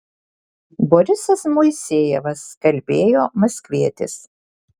borisas moisejevas kalbėjo maskvietis